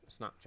snapchat